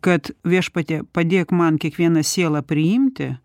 kad viešpatie padėk man kiekvieną sielą priimti